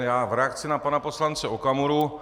Já v reakci na pana poslance Okamuru.